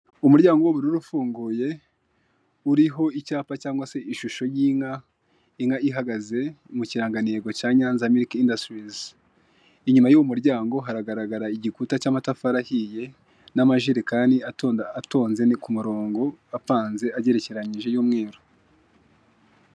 Umuryango w'ubururu ufunguye uriho icyapa, cyangwa se ishusho y'inka, inka ihagaze mu kirangantego cya Nyanza miriki indasitirizi, inyuma yuwo muryango haragaragara igikuta cy'amatafari ahiye, n'amajerekani atonze ku kumurongo apanze agerekeranyije y'Umweru.